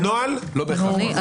אדוני,